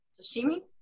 sashimi